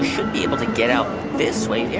should be able to get out this way. here,